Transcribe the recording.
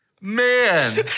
Man